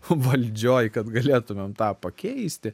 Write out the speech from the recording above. valdžioj kad galėtumėm tą pakeisti